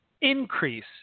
increase